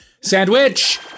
Sandwich